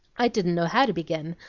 i didn't know how to begin,